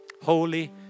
Holy